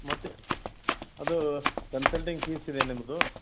ಮತ್ತೆ ಅದು consulting fees ಇದೆಯ ನಿಮ್ಮದು